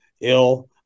ill